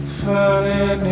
falling